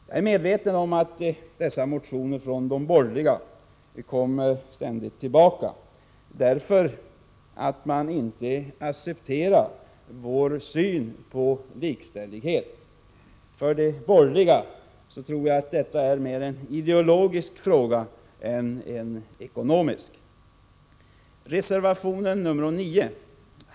Jag är medveten om att dessa motioner från de borgerliga kommer tillbaka, därför att man inte accepterar vår syn på likställighet. För de borgerliga är detta mer en ideologisk fråga än en ekonomisk.